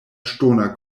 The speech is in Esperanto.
ŝtona